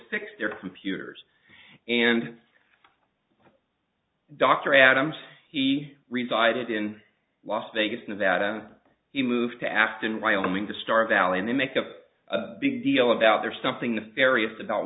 fix their computers and dr adams he resided in las vegas nevada he moved to afton wyoming to start valley and they make a big deal about there something the various about